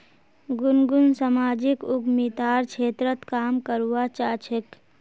गुनगुन सामाजिक उद्यमितार क्षेत्रत काम करवा चाह छेक